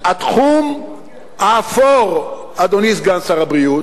התחום האפור, אדוני סגן שר הבריאות,